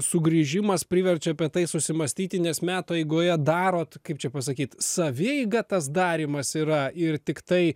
sugrįžimas priverčia apie tai susimąstyti nes metų eigoje darot kaip čia pasakyt savieiga tas darymas yra ir tiktai